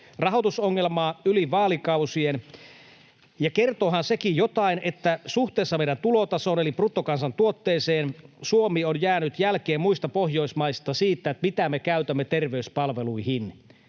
rahoitusongelmaa yli vaalikausien. Ja kertoohan sekin jotain, että suhteessa meidän tulotasoon eli bruttokansantuotteeseen Suomi on jäänyt jälkeen muista Pohjoismaista siinä, mitä me käytämme terveyspalveluihin.